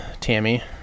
Tammy